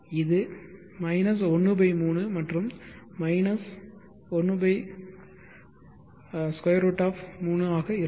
இது 13 மற்றும் 1 √3 ஆக இருக்கும்